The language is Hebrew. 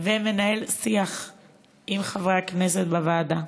ומנהל שיח עם חברי הכנסת בוועדה,